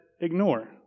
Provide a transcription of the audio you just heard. ignore